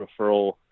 referral